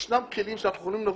אתם יושבים פה?